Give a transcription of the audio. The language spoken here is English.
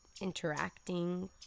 interacting